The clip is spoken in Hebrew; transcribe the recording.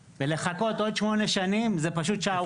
ולחכות עוד שמונה שנים זה פשוט שערורייה.